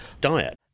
diet